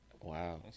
wow